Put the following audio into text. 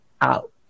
out